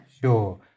Sure